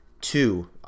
two